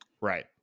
Right